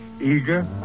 eager